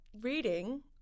reading